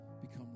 become